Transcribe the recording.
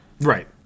Right